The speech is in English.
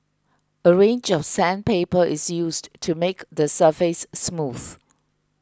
a range of sandpaper is used to make the surface smooth